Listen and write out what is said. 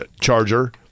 charger